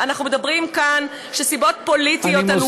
אנחנו אומרים כאן שסיבות פוליטיות עלובות,